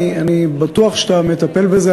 אני בטוח שאתה מטפל בזה,